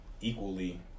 equally